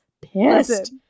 pissed